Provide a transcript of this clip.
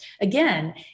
again